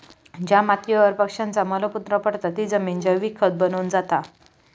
ज्या मातीयेवर पक्ष्यांचा मल मूत्र पडता ती जमिन जैविक खत बनून जाता